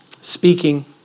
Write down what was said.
speaking